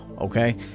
okay